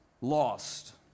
lost